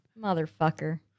Motherfucker